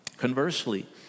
Conversely